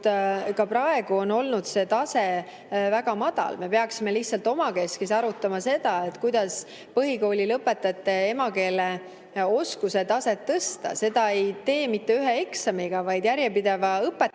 praegu on olnud see tase väga madal. Me peaksime omakeskis arutama, kuidas põhikooli lõpetajate eesti keele oskuse taset tõsta. Seda ei tee mitte ühe eksamiga, vaid järjepideva õpetamisega